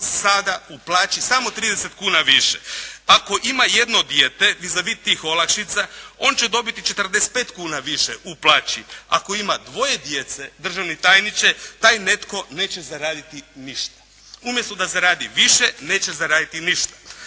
sada u plaći samo 30 kuna više. Ako ima jedno dijete, vis a vis tih olakšica, on će dobiti 45 kuna više u plaći, ako ima dvoje djece, državni tajniče, taj netko neće zaraditi ništa. Umjesto da zaradi više, neće zaraditi ništa.